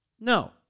No